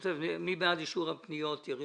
מי בעד אישור פניות מספר 428, 429, 431?